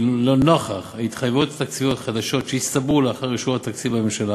כי לנוכח התחייבויות תקציביות חדשות שהצטברו לאחר אישור התקציב בממשלה,